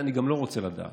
אני גם לא רוצה לדעת.